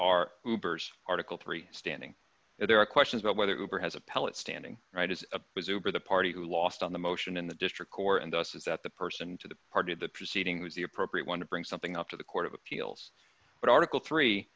goobers article three standing if there are questions about whether group or has appellate standing right as a was over the party who lost on the motion in the district court and thus is that the person to the part of the proceeding was the appropriate one to bring something up to the court of appeals but article three